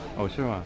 osu?